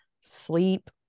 sleep